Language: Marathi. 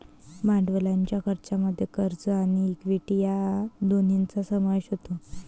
भांडवलाच्या खर्चामध्ये कर्ज आणि इक्विटी या दोन्हींचा समावेश होतो